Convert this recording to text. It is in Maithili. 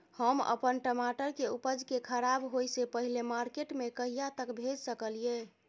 हम अपन टमाटर के उपज के खराब होय से पहिले मार्केट में कहिया तक भेज सकलिए?